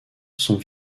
sont